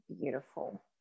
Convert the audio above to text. beautiful